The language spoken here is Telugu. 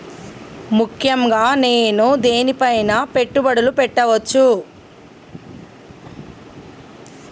ముఖ్యంగా నేను దేని పైనా పెట్టుబడులు పెట్టవచ్చు?